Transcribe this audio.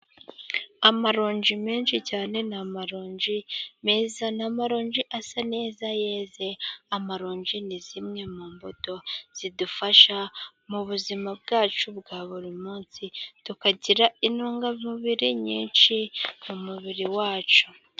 Amaronji menshi cyane, ni amaronji meza ni amaronji asa neza yeze. Amaronji ni zimwe mu mbuto zidufasha mu buzima bwacu bwa buri munsi, tukagira intungamubiri nyinshi mu mubiri wacu.